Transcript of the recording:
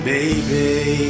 Baby